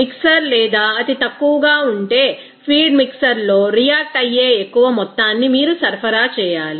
mixer లేదా అది తక్కువగా ఉంటే ఫీడ్ మిక్సర్లో రియాక్ట్ అయ్యే ఎక్కువ మొత్తాన్ని మీరు సరఫరా చేయాలి